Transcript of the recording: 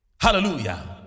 hallelujah